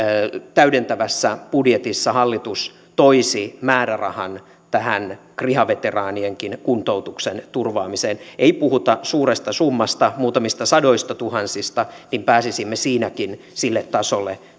täydentävässä budjetissa hallitus toisi määrärahan tähän kriha veteraanienkin kuntoutuksen turvaamiseen ei puhuta suuresta summasta muutamista sadoistatuhansista niin pääsisimme siinäkin sille tasolle